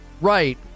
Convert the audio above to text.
Right